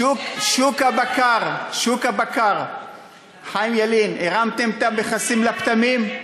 שוק הבקר, חיים ילין, הרמתם את המכסים לפטמים?